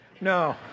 no